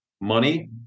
money